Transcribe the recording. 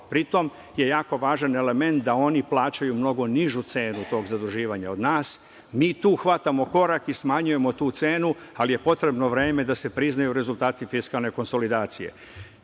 pritom je jako važan element da one plaćaju mnogo nižu cenu tog zaduživanja od nas. Mi tu hvatamo korak i smanjujemo tu cenu, ali je potrebno vreme da se priznaju rezultati fiskalne konsolidacije.Za